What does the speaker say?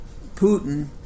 Putin